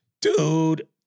Dude